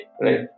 right